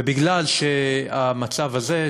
ובגלל המצב הזה,